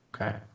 Okay